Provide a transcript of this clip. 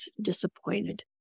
disappointed